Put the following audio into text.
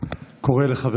אני קורא לחבר